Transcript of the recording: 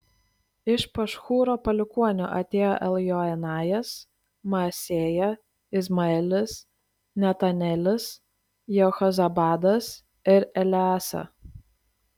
iš pašhūro palikuonių atėjo eljoenajas maasėja izmaelis netanelis jehozabadas ir eleasa